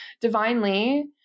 divinely